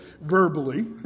verbally